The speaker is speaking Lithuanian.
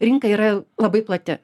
rinka yra labai plati